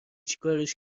چیکارش